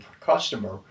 customer